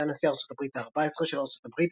סגן נשיא ארצות הברית ה-14 של ארצות הברית